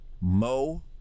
Mo